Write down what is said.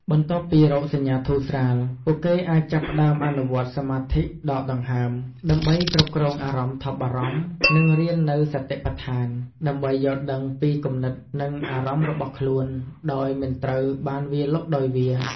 បន្ទាប់ពីរោគសញ្ញាធូរស្រាល ពួកគេអាចចាប់ផ្តើមអនុវត្តន៍ សមាធិដកដង្ហើម ដើម្បីគ្រប់គ្រងអារម្មណ៍ថប់បារម្ភ និងរៀននូវ សតិប្បដ្ឋាន ដើម្បីយល់ដឹងពីគំនិត និងអារម្មណ៍របស់ខ្លួន ដោយមិនត្រូវបានវាយលុកដោយវា។